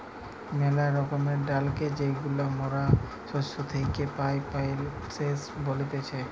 মেলা রকমের ডালকে যেইগুলা মরা শস্য থেকি পাই, পালসেস বলতিছে